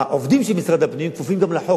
העובדים של משרד הפנים כפופים גם לחוק,